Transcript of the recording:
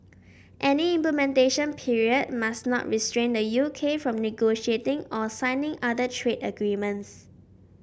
any implementation period must not restrain the U K from negotiating or signing other trade agreements